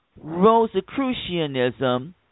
Rosicrucianism